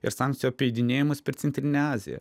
ir sankcijų apeidinėjimas per centrinę aziją